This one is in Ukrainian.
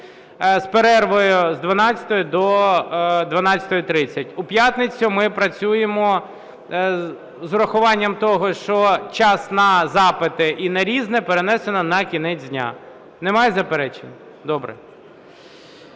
з перервою з 12-ї до 12:30. У п'ятницю ми працюємо з урахуванням того, що час на запити і на "Різне" перенесено на кінець дня. Немає заперечень? Добре.